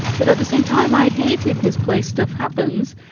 but at the same time, i hated his play stuff happens,